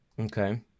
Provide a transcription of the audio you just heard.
Okay